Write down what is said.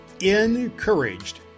encouraged